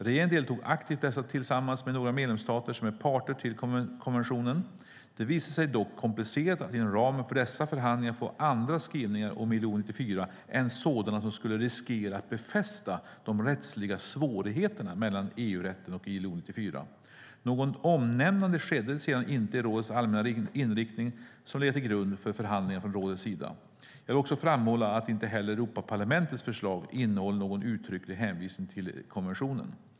Regeringen deltog aktivt i dessa tillsammans med några medlemsstater som är parter till konventionen. Det visade sig dock komplicerat att inom ramen för dessa förhandlingar få andra skrivningar om ILO 94 än sådana som skulle riskera att befästa de rättsliga svårigheterna mellan EU-rätten och ILO 94. Något omnämnande skedde sedan inte i rådets allmänna inriktning, som legat till grund för förhandlingarna från rådets sida. Jag vill också framhålla att inte heller Europaparlamentets förslag innehåller någon uttrycklig hänvisning till konventionen.